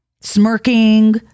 smirking